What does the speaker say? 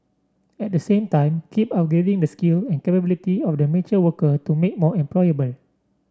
at the same time keep upgrading the skill and capability of the mature worker to make more employable